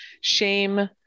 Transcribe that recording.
Shame